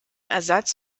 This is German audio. ersatz